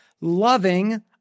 loving